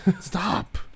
Stop